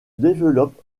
développe